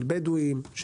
של בדואים,